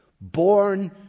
Born